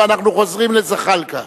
וחוזרים לזחאלקה,